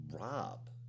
Rob